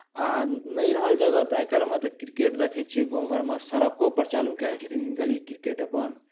आ नहि रहल जगह तऽ आइ काल्हिमे तऽ क्रिकेट देखैत छियै गाम घरमे सड़कोपर चालू कए दैत छथिन गली क्रिकेट अपन